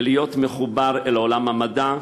ולהיות מחובר אל עולם המדע,